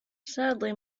sadly